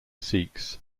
sikhs